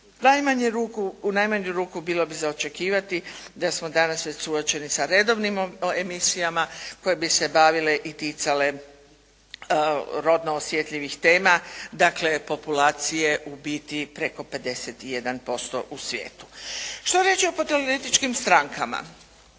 U najmanju ruku bilo bi za očekivati da smo danas već suočeni sa redovnim emisijama koje bi se bavile i ticale rodno osjetljivih tema, dakle populacije ubiti preko 51% u svijetu. Što reći o … /Govornica